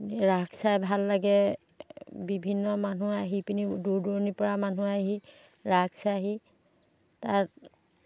ৰাস চাই ভাল লাগে বিভিন্ন মানুহ আহি পিনি দূৰ দূৰণিৰ পৰা মানুহ আহি ৰাস চাইহি তাত